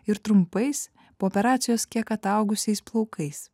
ir trumpais po operacijos kiek ataugusiais plaukais